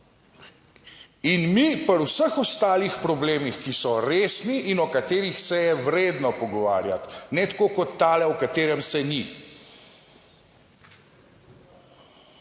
in mi pri vseh ostalih problemih, ki so resni in o katerih se je vredno pogovarjati, ne tako kot tale, o katerem se ni,